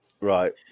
Right